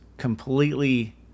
Completely